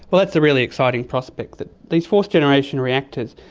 but that's the really exciting prospect, that these fourth generation reactors,